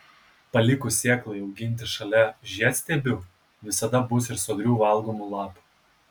palikus sėklai auginti šalia žiedstiebių visada bus ir sodrių valgomų lapų